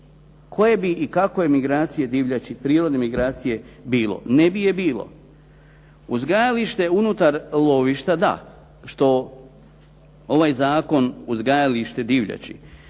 Koje bi i kakove migracije divljači, prirodne migracije bilo? Ne bi je bilo. Uzgajalište unutar lovišta da što ovaj zakon uzgajalište divljači